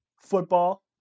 football